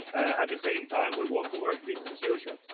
at the same time, we want to work business as usual,